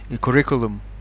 curriculum